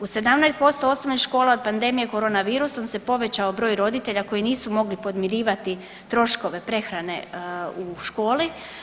U 17% osnovnih škola od pandemije korona virusom se povećao broj roditelja koji nisu mogli podmirivati troškove prehrane u školi.